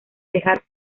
dejar